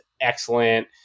excellent